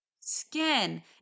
skin